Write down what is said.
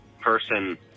person